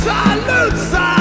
Salute